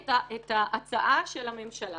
את ההצעה של הממשלה.